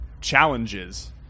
challenges